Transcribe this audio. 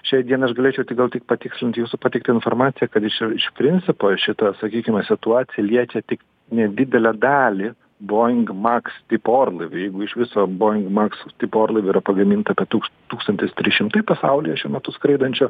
šiai dienai aš galėčiau tai gal tik patikslint jūsų pateiktą informaciją kad iš iš principo šita sakykime situacija liečia tik nedidelę dalį bojing maks tipo orlaivį jeigu iš viso bojing maks tipo orlaivių yra pagaminta apie tūks tūkstantis trys šimtai pasaulyje šiuo metu skraidančių